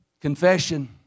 Confession